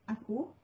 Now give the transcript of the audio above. aku